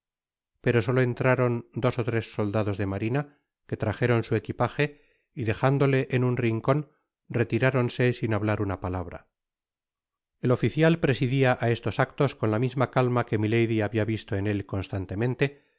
pero soto entraron dos ó tres soldados de marina que trajeron su equipaje y dejándole en un rincon retiráronse sin hablar una palabra el oficial presidia á estos actos con ta misma calma que milady habia visto en él coustantemente